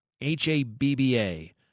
H-A-B-B-A